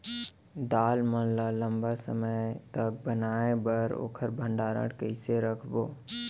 दाल मन ल लम्बा समय तक बनाये बर ओखर भण्डारण कइसे रखबो?